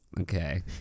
Okay